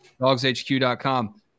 DogsHQ.com